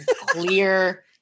clear